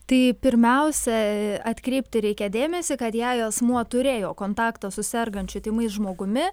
tai pirmiausia atkreipti reikia dėmesį kad jei asmuo turėjo kontaktą su sergančiu tymais žmogumi